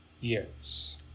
years